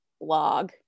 blog